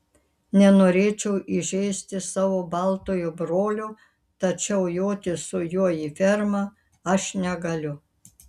nenorėčiau įžeisti savo baltojo brolio tačiau joti su juo į fermą aš negaliu